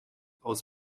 aus